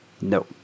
No